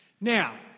Now